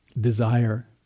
desire